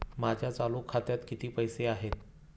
माझ्या चालू खात्यात किती पैसे आहेत?